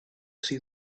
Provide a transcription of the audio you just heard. see